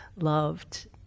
loved